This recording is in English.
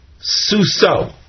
Suso